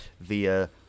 via